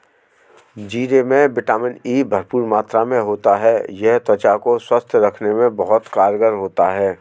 जीरे में vitamin E भरपूर मात्रा में होता है यह त्वचा को स्वस्थ रखने में बहुत कारगर होता है